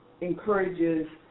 encourages